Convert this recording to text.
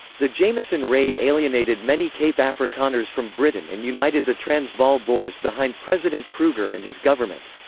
the jameson raid alienated many cape afrikaners from britain and united the transvaal boers behind president kruger and his government.